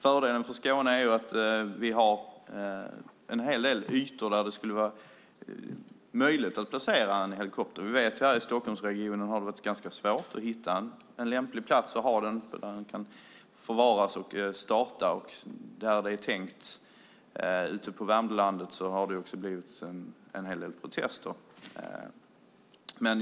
Fördelen med Skåne är att vi har stora ytor där det skulle vara möjligt att placera en helikopter. Vi vet att det varit ganska svårt att hitta en lämplig plats i Stockholmsregionen. Ute på Värmdölandet har det blivit en hel del protester.